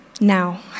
Now